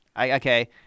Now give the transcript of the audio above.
okay